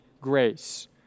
grace